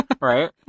right